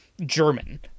German